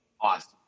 awesome